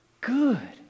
good